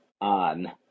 on